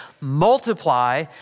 multiply